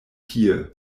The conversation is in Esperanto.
tie